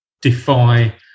defy